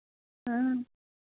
हाँ